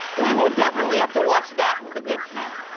we will definitely have to watch that with a good snack.